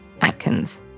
Atkins